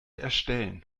erstellen